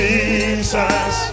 Jesus